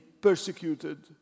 persecuted